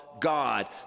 God